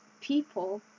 people